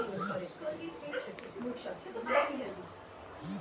mutual fund মানে একটি অর্থনৈতিক ব্যবস্থা যাতে টাকা পাওয়া যায়